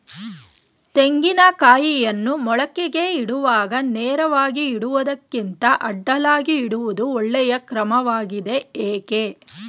ತೆಂಗಿನ ಕಾಯಿಯನ್ನು ಮೊಳಕೆಗೆ ಇಡುವಾಗ ನೇರವಾಗಿ ಇಡುವುದಕ್ಕಿಂತ ಅಡ್ಡಲಾಗಿ ಇಡುವುದು ಒಳ್ಳೆಯ ಕ್ರಮವಾಗಿದೆ ಏಕೆ?